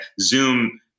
zoom